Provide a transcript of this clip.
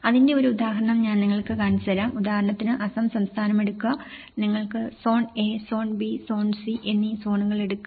അതിന്റെ ഒരു ഉദാഹരണം ഞാൻ നിങ്ങൾക്ക് കാണിച്ചുതരാം ഉദാഹരണത്തിന് അസം സംസ്ഥാനം എടുക്കുക നിങ്ങൾക്ക് zone A zone B zone C എന്നീ സോണുകൾ എടുക്കുക